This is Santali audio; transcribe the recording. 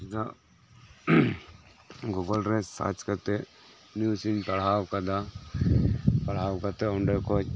ᱪᱮᱫᱟᱜ ᱜᱩᱜᱩᱞ ᱨᱮ ᱥᱟᱡᱽ ᱠᱟᱛᱮᱜ ᱱᱤᱭᱩᱡᱽ ᱤᱧ ᱯᱟᱲᱦᱟᱣ ᱠᱟᱫᱟ ᱯᱟᱲᱦᱟᱣ ᱠᱟᱛᱮᱜ ᱚᱸᱰᱮ ᱠᱷᱚᱡ